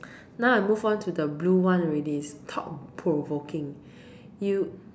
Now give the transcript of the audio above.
now I move on to the blue one already is thought provoking you